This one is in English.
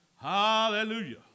Hallelujah